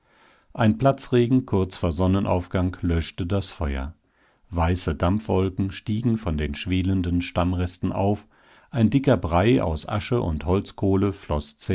ein platzregen kurz vor sonnenaufgang löschte das feuer weiße dampfwolken stiegen von den schwelenden stammresten auf ein dicker brei aus asche und holzkohle floß